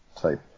type